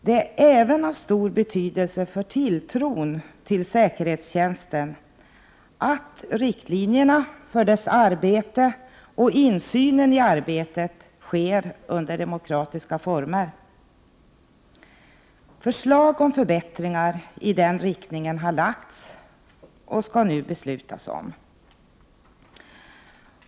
Det är även av stor betydelse för tilltron till säkerhetstjänsten att riktlinjerna för dess arbete och insynen i arbetet sker under demokratiska former. Förslag om förbättringar i den riktningen har lagts, som vi nu skall besluta om.